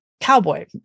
cowboy